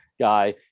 guy